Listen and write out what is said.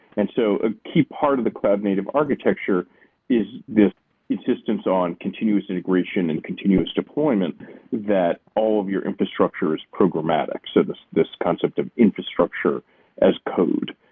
and so a key part of the cloud native architecture is this insistence on continuous integration and continuous deployment that all of your infrastructure is programmatic, so this this concept of infrastructure as code.